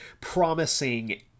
promising